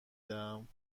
دهم